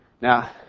Now